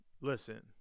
Listen